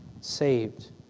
saved